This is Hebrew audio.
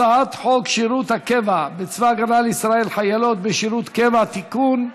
הצעת חוק שירות הקבע בצבא הגנה לישראל (חיילות בשירות קבע) (תיקון),